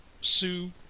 Sue